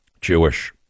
Jewish